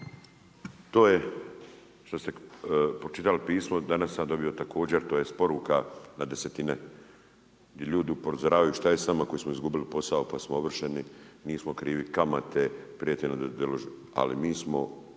To je što ste pročitali pismo danas sam dobio također, tj. poruka na desetine di ljudi upozoravaju šta je sa nama koji smo izgubili posao pa su ovršeni, nismo krivi, kamate, prijeti nam deložacija. Ali mi smo